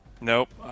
nope